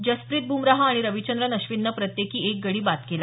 जसप्रीत बुमराह आणि रविचंद्रन अश्विननं प्रत्येकी एक गडी बाद केला